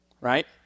right